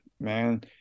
man